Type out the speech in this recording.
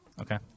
Okay